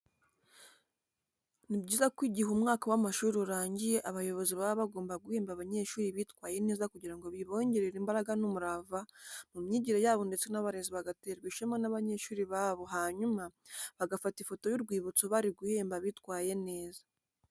Ni byiza ko igihe umwaka w'amashuri urangiye abayobozi baba bagomba guhemba abanyeshuri bitwaye neza kugira ngo bibongerere imbaraga n'umurava mu myigire yabo ndetse n'abarezi bagaterwa ishema n'abanyeshuri babo hanyuma bagafata ifoto y'urwibutso bari guhemba abitwaye neza.